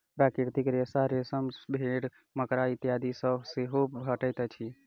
प्राकृतिक रेशा रेशम, भेंड़, मकड़ा इत्यादि सॅ सेहो भेटैत अछि